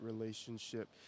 relationship